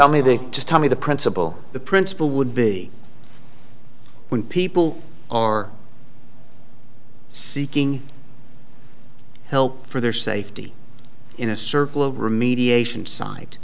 tell me they just tell me the principle the principle would be when people are seeking help for their safety in a circle of remediation side